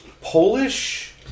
Polish